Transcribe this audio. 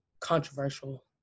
controversial